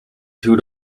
two